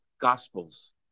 Gospels